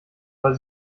war